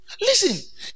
listen